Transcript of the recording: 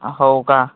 हो का